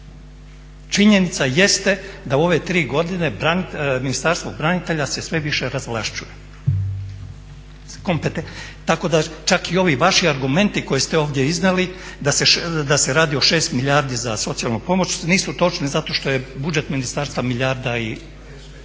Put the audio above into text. Činjenica jeste da u ove tri godine Ministarstvo branitelja se sve više razvlašćuje. Tako da čak i ovi vaši argumenti koje ste ovdje iznijeli da se radi o 6 milijardi za socijalnu pomoć nisu točni zato što je budžet ministarstva oko milijarde.